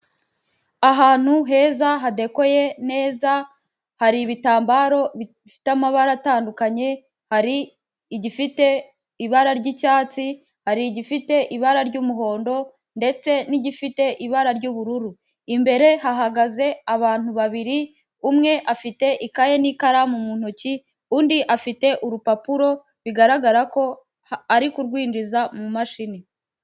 Ahantu heza hadekoye neza, hari ibitambaro bifite amabara atandukanye hari igifite ibara ry'icyatsi, hari igifite ibara ry'umuhondo, ndetse n'igifite ibara ry'ubururu. Imbere hahagaze abantu babiri umwe afite ikaye n'ikaramu mu ntoki, undi afite urupapuro bigaragara ko ari kurwinjiza mu mashini.